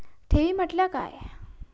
ठेवी म्हटल्या काय?